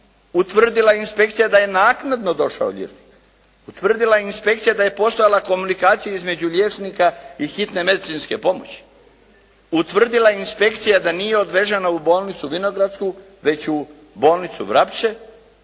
utvrdila je inspekcija da je naknadno došao liječnik, utvrdila je inspekcija da je postojala komunikacija između liječnika i hitne medicinske pomoći, utvrdila je inspekcija da nije odvezena u bolnicu "Vinogradsku", već u bolnicu "Vrapče"